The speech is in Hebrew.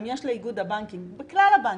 אם יש לאיגוד הבנקים בכלל הבנקים,